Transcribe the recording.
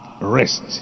rest